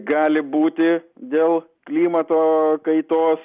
gali būti dėl klimato kaitos